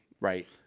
right